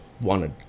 wanted